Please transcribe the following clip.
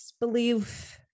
believe